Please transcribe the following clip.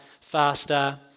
faster